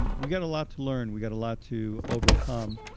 and we got a lot to learn, we got a lot to overcome,